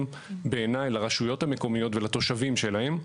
בעיני לרשויות המקומיות ולתושבים שלהם.